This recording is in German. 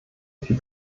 für